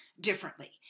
differently